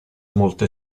molte